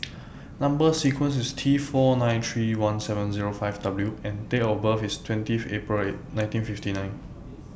Number sequence IS T four nine three one seven Zero five W and Date of birth IS twentieth April nineteen fifty nine